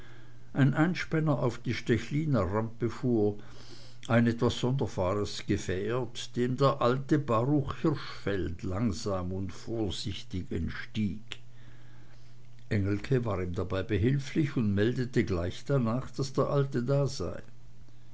ein einspänner auf die stechliner rampe fuhr ein etwas sonderbares gefährt dem der alte baruch hirschfeld langsam und vorsichtig entstieg engelke war ihm dabei behilflich und meldete gleich danach daß der alte da sei